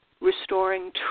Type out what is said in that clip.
restoring